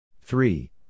Three